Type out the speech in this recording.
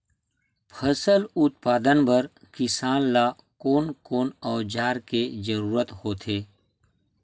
फसल उत्पादन बर किसान ला कोन कोन औजार के जरूरत होथे?